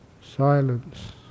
silence